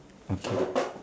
okay